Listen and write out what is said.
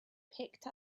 picked